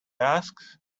asked